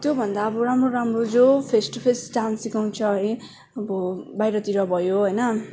त्यो भन्दा अब राम्रो राम्रो जो फेस टु फेस डान्स सिकाउँछ है अब बाहिरतिर भयो होइन